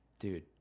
dude